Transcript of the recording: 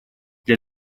для